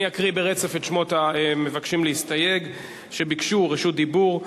אני אקרא ברצף את שמות המבקשים להסתייג שביקשו רשות דיבור.